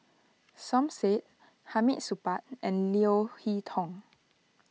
Som Said Hamid Supaat and Leo Hee Tong